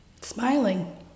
Smiling